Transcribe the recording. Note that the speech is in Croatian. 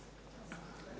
Hvala